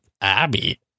Abby